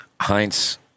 Heinz